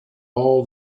all